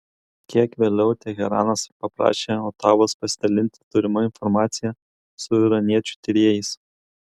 kiek vėliau teheranas paprašė otavos pasidalinti turima informacija su iraniečių tyrėjais